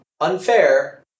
Unfair